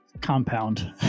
Compound